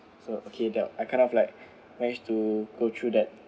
so okay that I kind of like manage to go through that